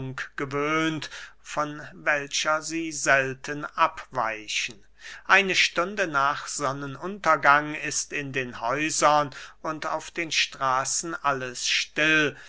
gewöhnt von welcher sie selten abweichen eine stunde nach sonnenuntergang ist in den häusern und auf den straßen alles still